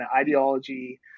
ideology